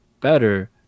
better